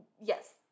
yes